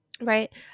Right